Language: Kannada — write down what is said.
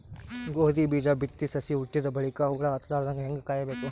ಗೋಧಿ ಬೀಜ ಬಿತ್ತಿ ಸಸಿ ಹುಟ್ಟಿದ ಬಲಿಕ ಹುಳ ಹತ್ತಲಾರದಂಗ ಹೇಂಗ ಕಾಯಬೇಕು?